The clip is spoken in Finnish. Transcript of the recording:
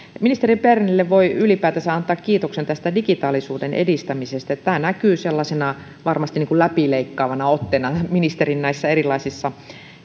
ministeri bernerille voi ylipäätänsä antaa kiitoksen tästä digitaalisuuden edistämisestä tämä näkyy sellaisena läpileikkaavana otteena ministerin erilaisissa